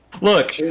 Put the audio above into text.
Look